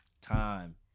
time